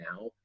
now